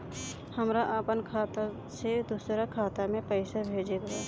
हमरा आपन खाता से दोसरा खाता में पइसा भेजे के बा